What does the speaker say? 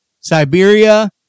Siberia